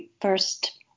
first